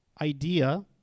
idea